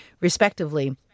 respectively